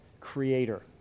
creator